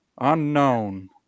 unknown